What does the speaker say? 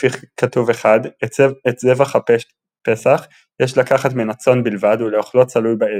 לפי כתוב אחד את זבח הפסח יש לקחת מן הצאן בלבד ולאכלו צלוי באש,